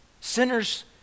Sinners